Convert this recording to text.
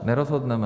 Nerozhodneme.